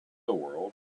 world